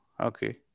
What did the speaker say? Okay